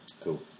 Cool